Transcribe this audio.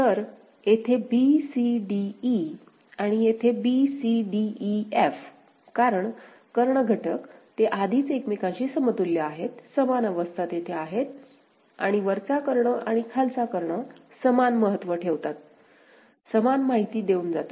तर येथे b c d e आणि येथे b c d e f कारण कर्ण घटक ते आधीच एकमेकांशी समतुल्य आहेत समान अवस्था तेथे आहेत आणि वरचा कर्ण आणि खालचा कर्ण समान महत्त्व ठेवतात समान माहिती घेऊन जातात